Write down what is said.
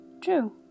True